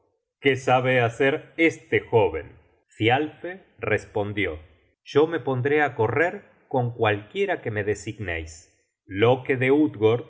qué sabe hacer este joven thialfe respondió yo me pondré á correr con cualquiera que me designeis loke de